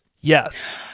Yes